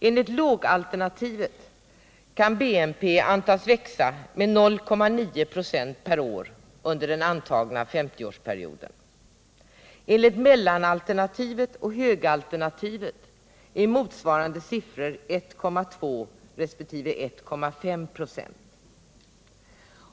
Enligt lågalternativet kan BNP antas växa med 0,9 96 per år under den antagna 50-årsperioden. Enligt mellanalternativet och högalternativet är motsvarande siffror 1,2 resp. 1,5 96.